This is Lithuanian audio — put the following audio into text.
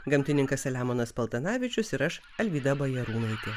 gamtininkas selemonas paltanavičius ir aš alvyda bajarūnaitė